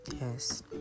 Yes